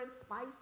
spice